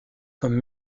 comme